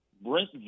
Brent